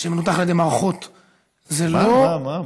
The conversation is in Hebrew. שמנותח על ידי מערכות, זה לא, מה?